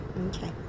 Okay